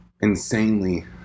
insanely